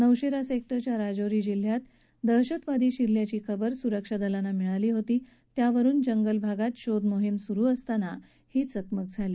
नौशेरा सेक्टरच्या राजौरी जिल्ह्यात अतिरेकी शिरल्याची खबर सुरक्षा दलांना मिळली होती त्यावरून जंगलभागात शोधमाहीम सुरु असताना ही चकमक झाली